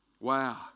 Wow